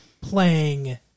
playing